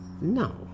No